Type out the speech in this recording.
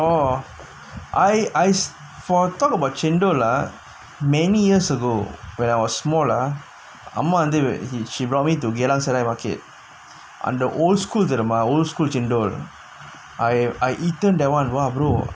oh I I for talk about chendol ah many years ago when I was small ah அம்மா வந்து:amma vanthu he she brought me to geylang serai market அந்த:antha old school தெரியுமா:teriyumaa old school chendol I eaten that [one] !wah! brother